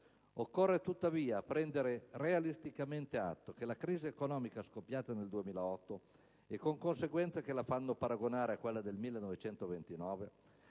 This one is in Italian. Occorre tuttavia prendere realisticamente atto che la crisi economica scoppiata nel 2008, e con conseguenze che la fanno paragonare a quella del 1929,